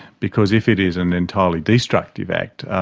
because if it is an entirely destructive act,